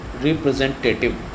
representative